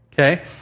Okay